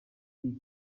y’i